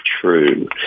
true